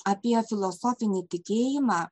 apie filosofinį tikėjimą